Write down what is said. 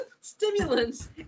stimulants